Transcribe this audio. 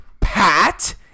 Pat